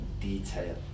detail